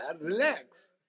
Relax